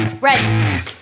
Ready